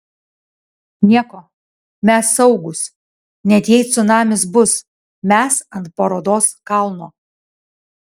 nieko mes saugūs net jei cunamis bus mes ant parodos kalno